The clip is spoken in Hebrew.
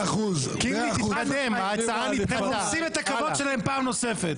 אתם רומסים את הכבוד שלהם פעם נוספת.